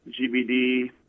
GBD